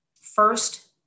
First